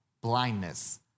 blindness